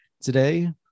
today